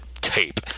tape